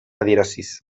adieraziz